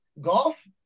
golf